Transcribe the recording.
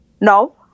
No